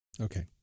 Okay